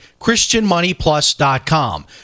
christianmoneyplus.com